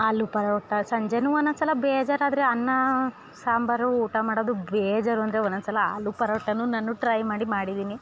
ಆಲು ಪರೋಟ ಸಂಜೆ ಒಂದೊಂದ್ ಸಲ ಬೇಜಾರಾದರೆ ಅನ್ನ ಸಾಂಬಾರು ಊಟ ಮಾಡೋದು ಬೇಜಾರುಂದ್ರೆ ಒಂದೊಂದ್ ಸಲ ಆಲು ಪರೋಟ ನಾನು ಟ್ರೈ ಮಾಡಿ ಮಾಡಿದೀನಿ